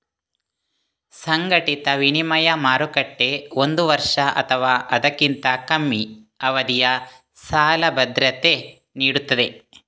ಸಂಘಟಿತ ವಿನಿಮಯ ಮಾರುಕಟ್ಟೆ ಒಂದು ವರ್ಷ ಅಥವಾ ಅದಕ್ಕಿಂತ ಕಮ್ಮಿ ಅವಧಿಯ ಸಾಲ ಭದ್ರತೆ ನೀಡ್ತದೆ